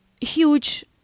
huge